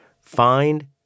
Find